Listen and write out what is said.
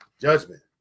judgment